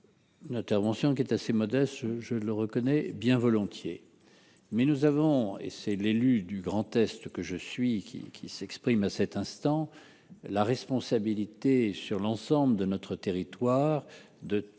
N'intervention qui est assez modeste, je le reconnais bien volontiers, mais nous avons et c'est l'élu du Grand-Est que je suis qui qui s'expriment à cet instant la responsabilité sur l'ensemble de notre territoire de d'assez